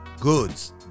goods